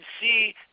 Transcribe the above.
see